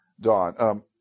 Don